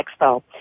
expo